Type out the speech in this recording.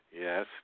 Yes